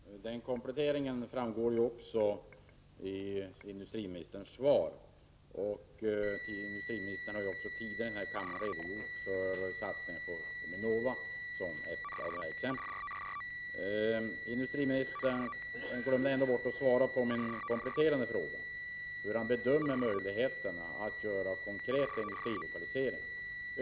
Herr talman! Den kompletteringen framgår också av industriministerns svar. Industriministern har ju också tidigare i den här kammaren redogjort för satsningen på UMINOVA som ett exempel. Industriministern glömde dock att svara på min kompletterande fråga, hur han bedömer möjligheterna att göra konkreta industrilokaliseringar.